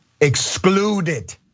excluded